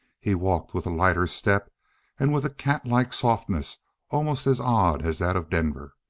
he walked with a lighter step and with a catlike softness almost as odd as that of denver.